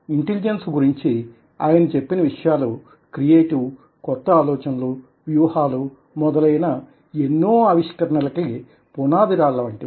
intelligence గురించి ఆయన చెప్పిన విషయాలు క్రియేటివ్ కొత్త ఆలోచనలు వ్యూహాలూ మొదలైన ఎన్నో ఆవిష్కరణలకి పునాదిరాళ్ళవంటివి